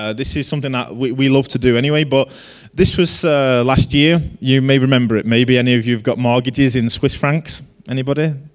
ah this is something ah we love to do anyway, but this was last year you may remember it maybe and you've you've got mortgages in swiss francs. anybody?